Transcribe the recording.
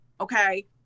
Okay